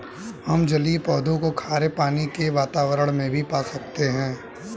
हम जलीय पौधों को खारे पानी के वातावरण में भी पा सकते हैं